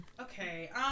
Okay